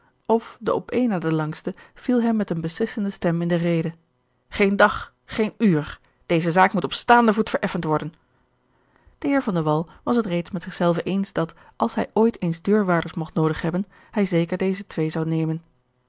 of op één na de langste viel hem met eene beslissende stem in de rede geen dag geen uur deze zaak moet op staanden voet vereffend worden de heer van de wall was het reeds met zich zelven eens dat als hij ooit eens deurwaarders mogt noodig hebben hij zeker deze twee zou nemen